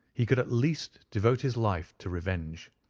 he could at least devote his life to revenge.